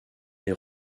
les